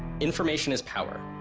information is power.